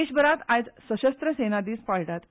देशभरांत आयज सशस्त्र सेना दीस पाळटात